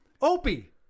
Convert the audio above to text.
Opie